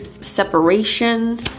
separation